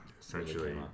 Essentially